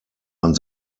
man